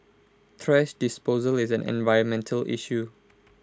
thrash disposal is an environmental issue